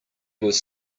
was